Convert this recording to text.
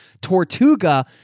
tortuga